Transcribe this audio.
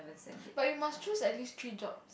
but you must choose at least three job